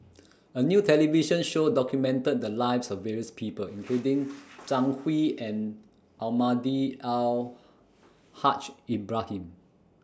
A New television Show documented The Lives of various People including Zhang Hui and Almahdi Al Haj Ibrahim